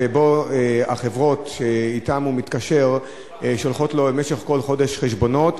שבהן החברות שאתן הוא מתקשר שולחות לו במשך כל חודש חשבונות.